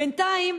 בינתיים,